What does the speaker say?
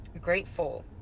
grateful